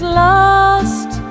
lost